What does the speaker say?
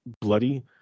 bloody